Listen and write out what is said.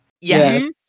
Yes